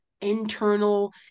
internal